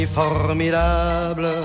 formidable